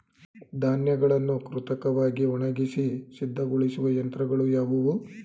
ಧಾನ್ಯಗಳನ್ನು ಕೃತಕವಾಗಿ ಒಣಗಿಸಿ ಸಿದ್ದಗೊಳಿಸುವ ಯಂತ್ರಗಳು ಯಾವುವು?